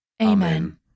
Amen